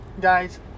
Guys